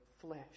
flesh